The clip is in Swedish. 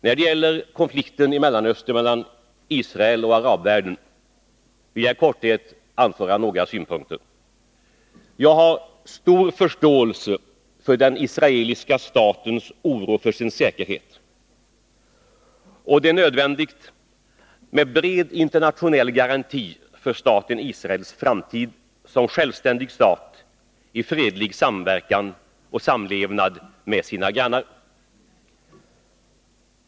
När det gäller konflikten i Mellanöstern mellan Israel och arabvärlden vill jag i korthet anföra några synpunkter. Jag har stor förståelse för den israeliska statens oro för sin säkerhet. Det är nödvändigt med bred internationell garanti för Israels framtid som självständig stat i fredlig samverkan och samlevnad med sina grannar.